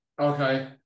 Okay